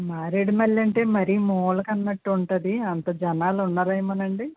మారేడుమల్లి అంటే మరి మూలకు ఉన్నట్టు ఉంటుంది అంత జనాలు ఉండరేమో అండి